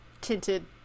tinted